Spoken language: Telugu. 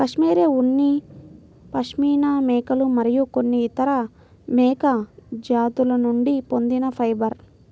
కష్మెరె ఉన్ని పాష్మినా మేకలు మరియు కొన్ని ఇతర మేక జాతుల నుండి పొందిన ఫైబర్